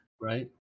Right